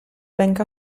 bank